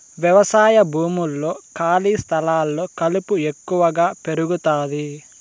వ్యవసాయ భూముల్లో, ఖాళీ స్థలాల్లో కలుపు ఎక్కువగా పెరుగుతాది